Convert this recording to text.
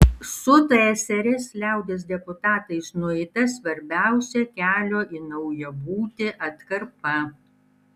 su tsrs liaudies deputatais nueita svarbiausia kelio į naują būtį atkarpa